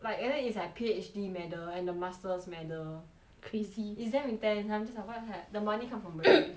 like and then it's like P_H_D medal and the masters medal crazy it's damn intense and then I'm just like what the heck the money come from where